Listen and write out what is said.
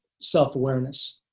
self-awareness